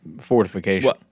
fortification